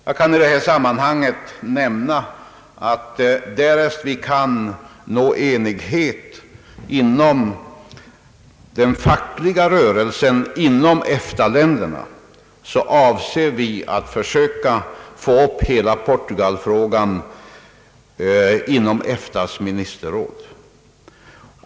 Jag vill i detta sammanhang nämna att därest vi kan nå enighet inom den fackliga rörelsen i EFTA-länderna avser vi att söka föra upp hela Portugalfrågan till EFTA:s ministerråd.